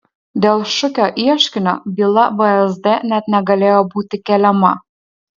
dėl šukio ieškinio byla vsd net negalėjo būti keliama